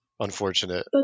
unfortunate